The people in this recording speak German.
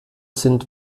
sind